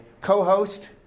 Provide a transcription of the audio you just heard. co-host